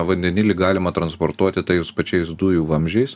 vandenilį galima transportuoti tais pačiais dujų vamzdžiais